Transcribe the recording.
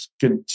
Good